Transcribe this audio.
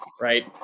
right